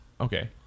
Okay